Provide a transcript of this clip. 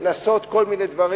לנסות כל מיני דברים.